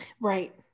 right